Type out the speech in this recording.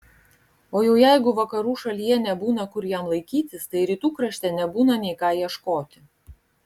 o jau jeigu vakarų šalyje nebūna kur jam laikytis tai rytų krašte nebūna nei ką ieškoti